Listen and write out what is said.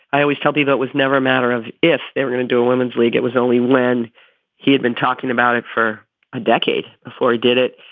i always tell me, though, it was never a matter of if they were going to do a women's league. it was only when he had been talking about it for a decade before he did it.